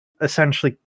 essentially